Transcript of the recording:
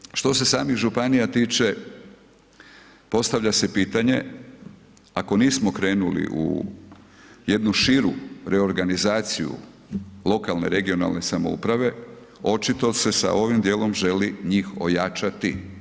Nadalje, što se samih županija tiče, postavlja se pitanje, ako nismo krenuli u jednu širu reorganizaciju lokalne, regionalne samouprave, očito se s ovim dijelom želi njih ojačati.